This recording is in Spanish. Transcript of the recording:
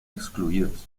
excluidos